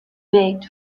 baked